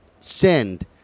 send